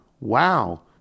Wow